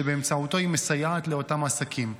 שבאמצעותו היא מסייעת לאותם עסקים.